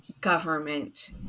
government